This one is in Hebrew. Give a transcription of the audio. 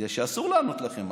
בגלל שאסור לענות לכם.